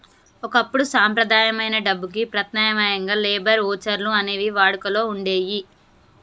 ఒకప్పుడు సంప్రదాయమైన డబ్బుకి ప్రత్యామ్నాయంగా లేబర్ వోచర్లు అనేవి వాడుకలో వుండేయ్యి